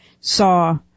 saw